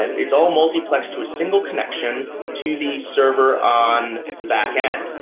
it's all multiplexed to a single connection to the server on the back end.